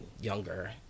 younger